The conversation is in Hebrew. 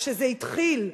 כשזה התחיל,